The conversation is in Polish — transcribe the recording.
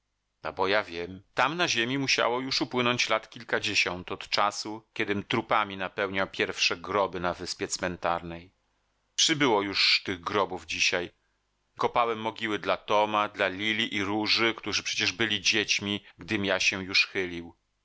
ja wiem tam na ziemi musiało już upłynąć lat kilkadziesiąt od czasu kiedym trupami napełniał pierwsze groby na wyspie cmentarnej przybyło już tych grobów dzisiaj kopałem mogiły dla toma dla lili i róży którzy przecież byli dziećmi gdym ja się już chylił